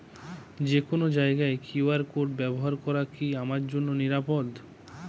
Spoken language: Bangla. যে কোনো জায়গার কিউ.আর কোড ব্যবহার করা কি আমার জন্য নিরাপদ?